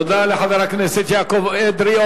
תודה לחבר הכנסת יעקב אדרי.